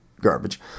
garbage